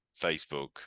Facebook